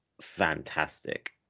fantastic